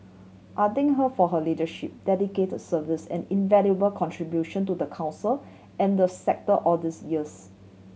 I think her for her leadership dedicated service and invaluable contribution to the Council and the sector all these years